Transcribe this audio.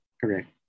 correct